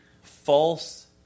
False